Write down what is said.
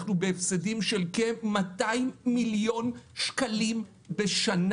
אנחנו בהפסדים של כ-200 מיליון שקלים בשנה.